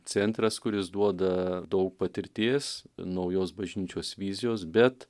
centras kuris duoda daug patirties naujos bažnyčios vizijos bet